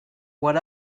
what